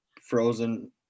frozen